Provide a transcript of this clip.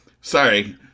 Sorry